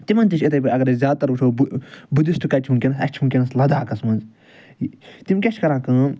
تمن تہ چھِ اِتھے پٲٹھۍ بُدِسٹہٕ اگر أسۍ زیاد تر وٕچھو بُدِسٹہٕ کَتہٕ چھِ ونکیٚنَس اسہِ چھِ ونکیٚنَس لَداخَس مَنٛز تِم کیاہ چھِ کَران کٲم